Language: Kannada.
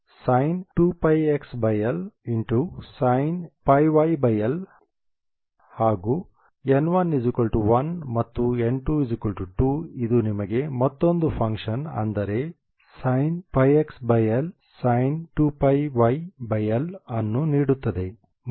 ಹಾಗೂ n1 1 ಮತ್ತು n2 2 ಇದು ನಿಮಗೆ ಮತ್ತೊಂದು ಫಂಕ್ಷನ್ ಅಂದರೆ sinπxLsin2πyL ಅನ್ನು ನೀಡುತ್ತದೆ ಮತ್ತು ಶಕ್ತಿಗಳು ಒಂದೇ ಆಗಿರುತ್ತವೆ